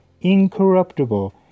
incorruptible